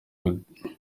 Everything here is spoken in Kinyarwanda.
gute